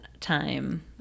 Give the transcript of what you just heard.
time